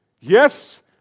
yes